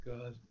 God